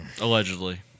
Allegedly